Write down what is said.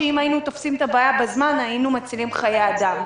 שאם היינו תופסים את הבעיה בזמן היינו מצילים חיי אדם.